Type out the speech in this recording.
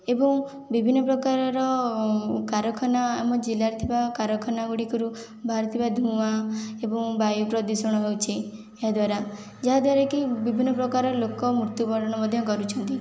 ଏବଂ ବିଭିନ୍ନ ପ୍ରକାରର କାରଖାନା ଆମ ଜିଲ୍ଲାରେ ଥିବା କାରଖାନା ଗୁଡ଼ିକରୁ ବାହାରୁଥିବା ଧୂଆଁ ଏବଂ ବାୟୁ ପ୍ରଦୂଷଣ ହେଉଛି ଏହାଦ୍ଵାରା ଯାହାଦ୍ୱାରା କି ବିଭିନ୍ନ ପ୍ରକାରର ଲୋକ ମୃତ୍ୟୁବରଣ ମଧ୍ୟ କରୁଛନ୍ତି